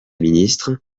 ministre